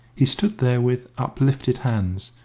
he stood there with uplifted hands,